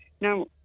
Now